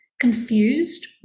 confused